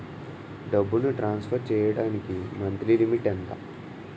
డబ్బును ట్రాన్సఫర్ చేయడానికి monthly limit ఎంత?